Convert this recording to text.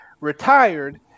retired